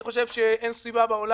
אני חושב שאין סיבה בעולם,